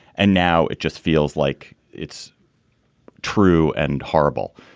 and now it just feels like it's true and horrible.